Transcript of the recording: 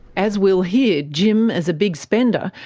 as we'll hear, jim, as a big spender,